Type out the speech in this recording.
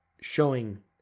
showing